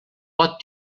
pot